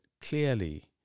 clearly